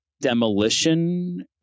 demolition